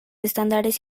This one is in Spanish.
estándares